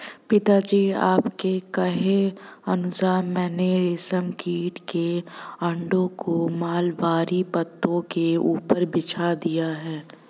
पिताजी आपके कहे अनुसार मैंने रेशम कीट के अंडों को मलबरी पत्तों के ऊपर बिछा दिया है